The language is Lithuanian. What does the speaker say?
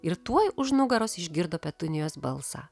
ir tuoj už nugaros išgirdo petunijos balsą